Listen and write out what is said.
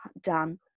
done